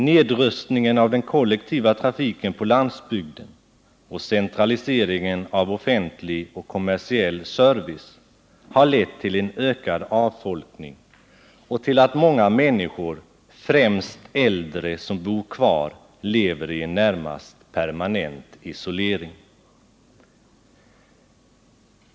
Nedrustningen av den kollektiva trafiken på landsbygden och centraliseringen av offentlig och kommersiell service har lett till en ökad avfolkning och till att många människor, främst äldre, som bor kvar, lever ien närmast permanent isolering.